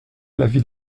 l’avis